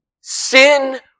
Sin